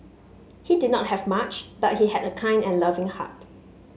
he did not have much but he had a kind and loving heart